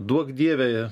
duok dieve